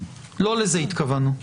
לא לזה התכוונו.